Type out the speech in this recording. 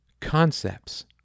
concepts